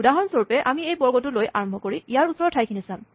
উদাহৰণস্বৰূপে আমি এই বৰ্গটো লৈ আৰম্ভ কৰি ইয়াৰ ওচৰৰ ঠাইখিনি চাম